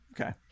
Okay